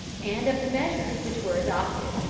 and of the measures which were adopted.